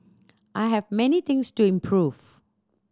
I have many things to improve